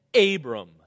Abram